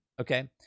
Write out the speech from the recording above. okay